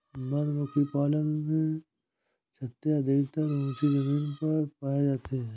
मधुमक्खी पालन में छत्ते अधिकतर ऊँची जमीन पर पाए जाते हैं